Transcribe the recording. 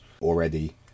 already